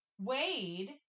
Wade